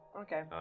Okay